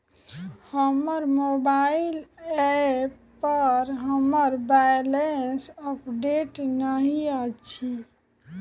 हमर mobile app पर हमर बैलेंस अपडेट नहि अछि